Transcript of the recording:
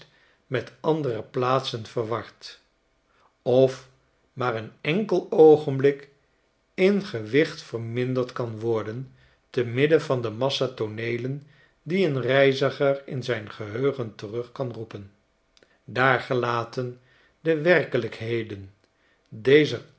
met andere plaatsen verward of maar een enkel oogenblik in gewicht verminderd kan worden te midden van demassa tooneelen die een reiziger in zijn geheugen terug kan roepen daargelaten de werkelijkheden dezer